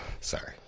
Sorry